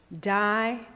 die